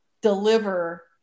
deliver